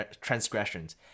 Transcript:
transgressions